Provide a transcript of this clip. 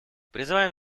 призываем